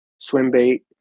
swimbait